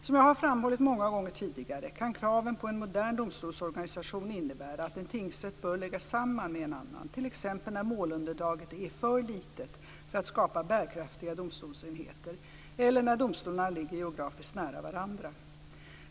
Som jag har framhållit många gånger tidigare kan kraven på en modern domstolsorganisation innebära att en tingsrätt bör läggas samman med en annan, t.ex. när målunderlaget är för litet för att skapa bärkraftiga domstolsenheter eller när domstolarna ligger geografiskt nära varandra.